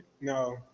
No